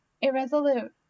irresolute